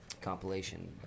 compilation